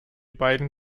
beiden